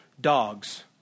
dogs